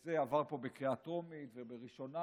זה עבר פה בקריאה הטרומית ובראשונה.